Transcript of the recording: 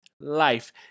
life